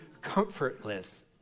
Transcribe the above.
comfortless